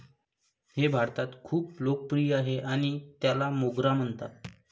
हे भारतात खूप लोकप्रिय आहे आणि त्याला मोगरा म्हणतात